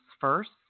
first